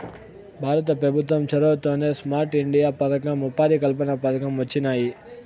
భారత పెభుత్వం చొరవతోనే స్మార్ట్ ఇండియా పదకం, ఉపాధి కల్పన పథకం వొచ్చినాయి